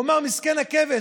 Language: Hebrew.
הוא אמר: מסכן הכבש,